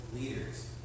leaders